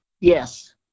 yes